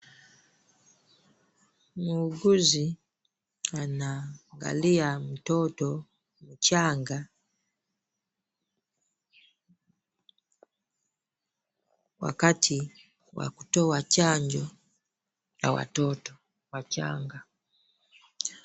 Muuguzi anaangalia mtoto mchanga wakati wa kutoa chanjo ya watoto wachanga.